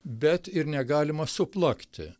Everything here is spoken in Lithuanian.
bet ir negalima suplakti